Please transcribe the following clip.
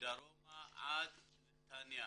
עד נתניה.